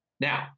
Now